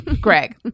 Greg